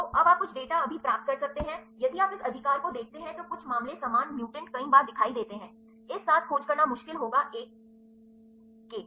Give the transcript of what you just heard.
तो अब आप कुछ डेटा अभी प्राप्त करते हैं यदि आप इस अधिकार को देखते हैं तो कुछ मामले समान म्यूटेंट कई बार दिखाई देते हैं इस साथ खोज करना मुश्किल होगा एक के